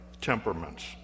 temperaments